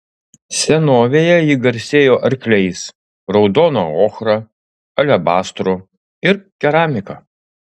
senovėje ji garsėjo arkliais raudona ochra alebastru ir keramika